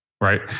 Right